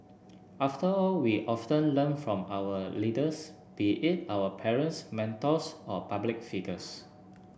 after all we often learn from our leaders be it our parents mentors or public figures